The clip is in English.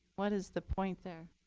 what is the point there?